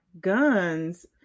guns